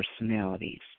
personalities